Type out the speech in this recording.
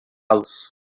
los